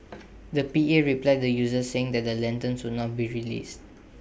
the P A replied the users saying that the lanterns would not be released